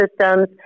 systems